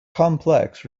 complex